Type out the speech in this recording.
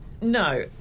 No